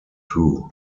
two